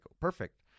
perfect